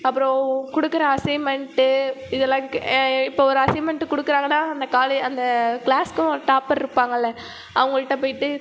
அப்புறம் கொடுக்கற அசைன்மெண்ட்டு இதெல்லாம் கே இப்போ ஒரு அசைன்மெண்ட்டு கொடுக்குறாங்கன்னா அந்தக் காலே அந்தக் க்ளாஸ்க்கும் டாப்பர் இருப்பாங்கில்ல அவங்கள்கிட்டப் போயிட்டு